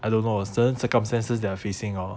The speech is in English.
I don't know a certain circumstances they are facing or